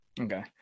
Okay